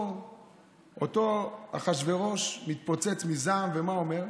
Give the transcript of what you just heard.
אותו אחשוורוש מתפוצץ מזעם, ומה אומר?